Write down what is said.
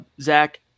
Zach